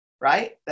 Right